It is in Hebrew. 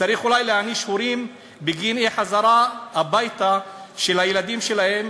צריך אולי להעניש הורים בגין אי-חזרה הביתה של הילדים שלהם